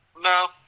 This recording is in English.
No